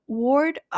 ward